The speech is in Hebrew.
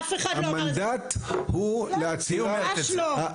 אף אחד לא אמר את זה, ממש לא.